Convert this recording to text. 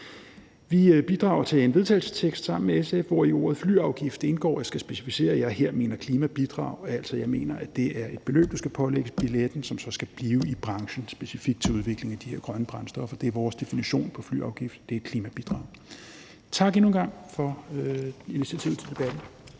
Vi bidrager til en vedtagelsestekst sammen med SF, hvori ordet flyafgift indgår. Jeg skal specificere, jeg her mener klimabidrag. Jeg mener altså, det er et beløb, der skal pålægges billetprisen, og som så skal blive i branchen specifikt til udvikling af de her grønne brændstoffer. Det er vores definition på flyafgift: Det er et klimabidrag. Endnu en gang tak for initiativet til debatten.